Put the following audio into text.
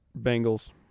Bengals